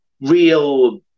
real